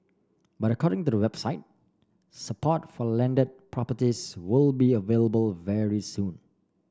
but according to the website support for landed properties will be available very soon